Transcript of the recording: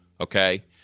Okay